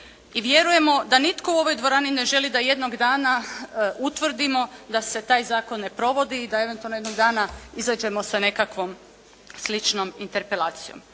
i vjerujemo da nitko u ovoj dvorani ne želi da jednog dana utvrdimo da se taj zakon ne provodi i da eventualno jednog dana izađemo sa nekakvom sličnom interpelacijom.